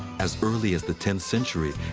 as early as the tenth century,